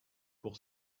pour